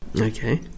Okay